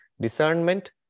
discernment